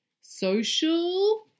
social